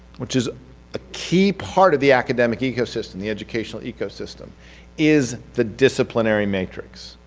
which is a key part of the academic ecosystem, the educational ecosystem is the disciplinary matrix,